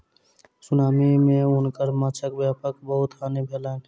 tsunami मे हुनकर माँछक व्यापारक बहुत हानि भेलैन